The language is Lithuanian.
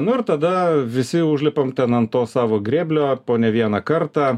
na ir tada visi užlipom ten ant to savo grėblio po ne vieną kartą